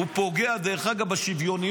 הוא פוגע בשוויוניות,